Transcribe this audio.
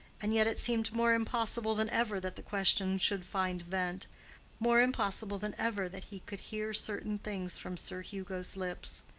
and yet it seemed more impossible than ever that the question should find vent more impossible than ever that he could hear certain things from sir hugo's lips.